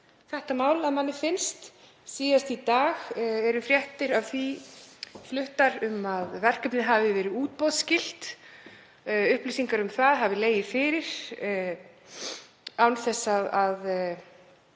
þetta mál, að manni finnst. Síðast í dag eru fréttir af því fluttar um að verkefnið hafi verið útboðsskylt, upplýsingar um það hafi legið fyrir án þess að